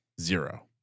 Zero